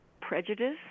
prejudice